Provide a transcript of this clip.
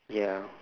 ya